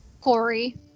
Corey